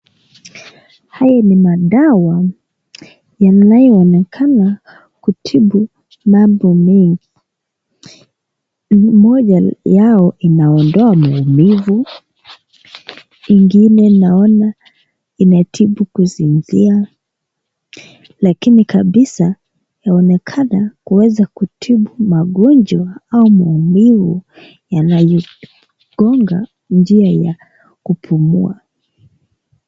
Haya ni madawa yanayo onekana kutibu mambo mengi, moja yao inaondoa maumivu, ingine naona inatibu kusinzia, lakini kabisa yaonekana kuweza kutibu magonjwa au maumivu yanayo gonga njia ya kupumua.